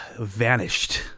vanished